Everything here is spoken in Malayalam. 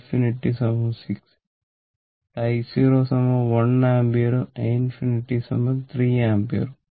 ഇവിടെ i0 1 ആമ്പിയറും i ∞ 3 ആമ്പിയറും